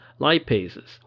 lipases